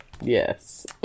Yes